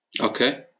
Okay